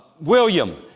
William